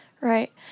Right